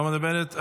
לא מדברת,